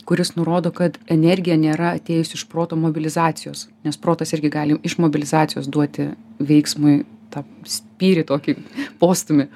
kuris nurodo kad energija nėra atėjusi iš proto mobilizacijos nes protas irgi gali iš mobilizacijos duoti veiksmui tą spyrį tokį postūmį